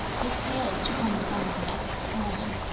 his tales took on the form of an epic poem,